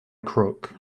crook